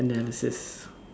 analysis